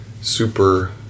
super